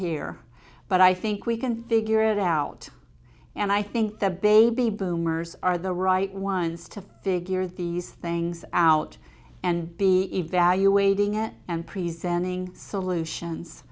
here but i think we can figure it out and i think the baby boomers are the right ones to figure these things out and be evaluating it and presenting solutions